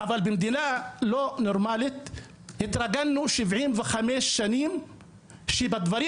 אבל במדינה לא נורמלית התרגלנו 75 שנים שבדברים